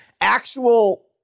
actual